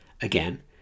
Again